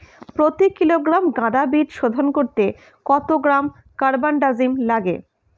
প্রতি কিলোগ্রাম গাঁদা বীজ শোধন করতে কত গ্রাম কারবানডাজিম লাগে?